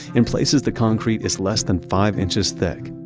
in places, the concrete is less than five inches thick.